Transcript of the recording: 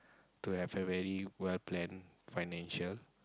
to have a very well planned financial